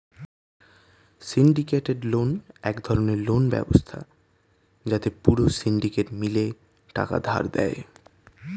syndicated loan এক ধরণের loan ব্যবস্থা যাতে পুরো সিন্ডিকেট মিলে টাকা ধার দেয়